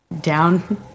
down